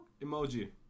emoji